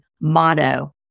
motto